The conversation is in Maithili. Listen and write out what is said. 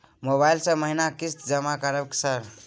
मोबाइल से महीना किस्त जमा करबै सर?